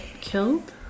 killed